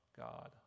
god